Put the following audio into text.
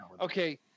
okay